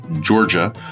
georgia